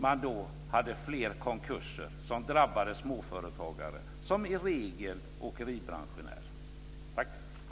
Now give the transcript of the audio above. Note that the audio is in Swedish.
Man hade då fler konkurser som drabbade småföretagare, som åkeribranschen i regel är.